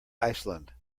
iceland